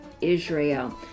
Israel